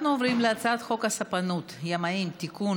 אנחנו עוברים להצעת חוק הספנות (ימאים) (תיקון,